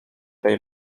tej